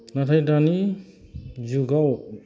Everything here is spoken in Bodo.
नाथाय दानि जुगाव